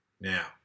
now